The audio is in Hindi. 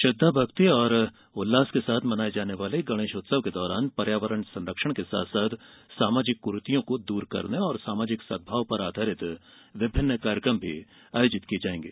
श्रद्वाभक्ति और उल्लास के साथ मनाये जाने वाले गणेश उत्सव के दौरान पर्यावरण संरक्षण के साथ साथ सामाजिक क्रीतियों को दूर करने और सामाजिक सदभाव पर आधारित विभिन्न कार्यक्रम भी आयोजित किये जायेंगे